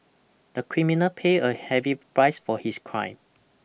the criminal paid a heavy price for his crime